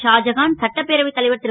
ஷாஜகான் சட்டப்பேரவைத் தலைவர் ரு